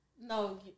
No